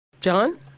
John